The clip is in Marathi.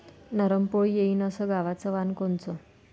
नरम पोळी येईन अस गवाचं वान कोनचं?